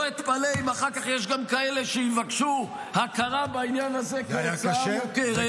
לא אתפלא אם אחר כך יש גם כאלה שיבקשו הכרה בעניין הזה כהוצאה מוכרת.